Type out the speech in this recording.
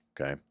okay